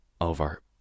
over